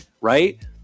right